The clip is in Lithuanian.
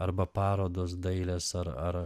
arba parodos dailės ar ar